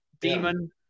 demon